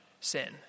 sin